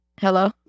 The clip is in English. Hello